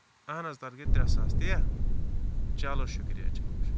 اَہن حظ تَتھ گٔے ترٛےٚ ساس تِیاہ چلو شُکرِیا چلو شُکرِیا